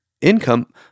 income